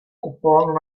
kupón